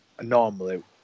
normally